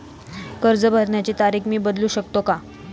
कर्ज भरण्याची तारीख मी बदलू शकतो का?